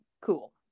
cool